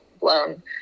blown